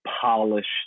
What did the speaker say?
polished